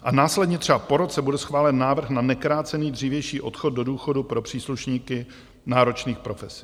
A následně, třeba po roce, bude schválen návrh na nekrácený dřívější odchod do důchodu pro příslušníky náročných profesí.